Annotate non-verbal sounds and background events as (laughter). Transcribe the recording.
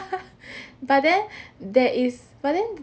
(laughs) but then there is but then